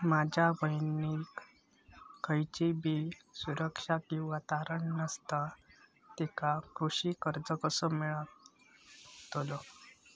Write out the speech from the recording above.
माझ्या बहिणीक खयचीबी सुरक्षा किंवा तारण नसा तिका कृषी कर्ज कसा मेळतल?